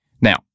Now